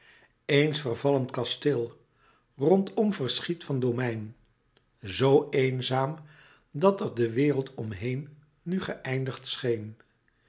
een vervallen kasteel rondom verschiet van domein zoo eenzaam dat er de wereld omheen nu geëindigd scheen